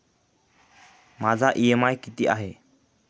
माझा इ.एम.आय किती आहे?